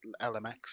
LMX